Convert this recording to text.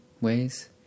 ways